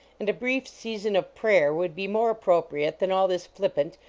and a brief season of prayer would be more appropriate than all this flippant,